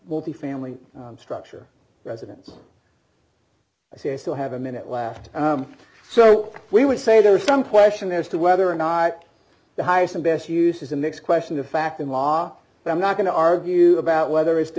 multi family structure residence i see i still have a minute left so we would say there was some question as to whether or not the highest and best use is a mix question of fact and law i'm not going to argue about whether it's to